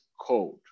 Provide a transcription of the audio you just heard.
code